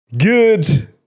Good